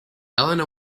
elena